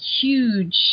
huge